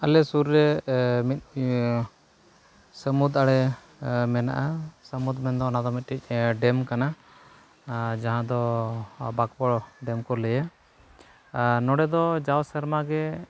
ᱟᱞᱮ ᱥᱩᱨ ᱨᱮ ᱢᱤᱫ ᱥᱟᱹᱢᱩᱫ ᱟᱲᱮ ᱢᱮᱱᱟᱜᱼᱟ ᱥᱟᱹᱢᱩᱫ ᱢᱮᱱ ᱫᱚ ᱚᱱᱟᱫᱚ ᱢᱤᱫᱴᱤᱡ ᱰᱮᱢ ᱠᱟᱱᱟ ᱟᱨ ᱡᱟᱦᱟᱸ ᱫᱚ ᱵᱟᱸᱠᱵᱚᱲ ᱰᱮᱢ ᱠᱚ ᱞᱟᱹᱭᱟ ᱟᱨ ᱱᱚᱸᱰᱮ ᱫᱚ ᱡᱟᱶ ᱥᱮᱨᱢᱟᱜᱮ